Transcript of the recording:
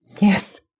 Yes